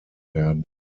werden